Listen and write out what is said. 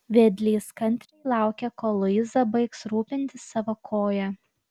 vedlys kantriai laukė kol luiza baigs rūpintis savo koja